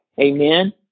Amen